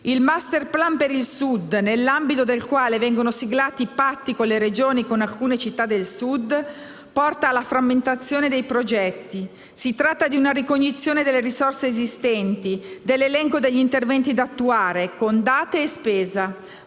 Il *masterplan* per il Sud, nell'ambito del quale vengono siglati patti con le Regioni e con alcune città del Sud, porta alla frammentazione dei progetti. Si tratta di una ricognizione delle risorse esistenti, dell'elenco degli interventi da attuare, con data e spesa.